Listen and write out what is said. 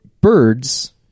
birds